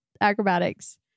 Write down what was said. acrobatics